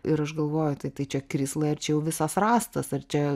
ir aš galvoju tai tai čia krislai ar čia jau visas rastas ar čia